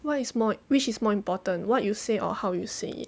what is more which is more important what you say or how you say it